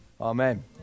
Amen